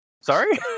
Sorry